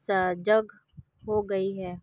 सजग हो गई है